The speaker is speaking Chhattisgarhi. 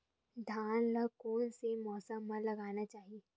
धान ल कोन से मौसम म लगाना चहिए?